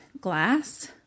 glass